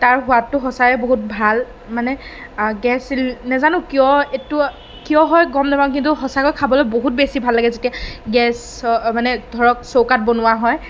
তাৰ সোৱাদটো সঁচাই বহুত ভাল মানে গেছ চিলি নেজানো কিয় এইটো কিয় হয় গম নেপাওঁ কিন্তু সঁচাকৈ খাবলৈ বহুত বেছি ভাল লাগে যেতিয়া গেছৰ মানে ধৰক চৌকাত বনোৱা হয়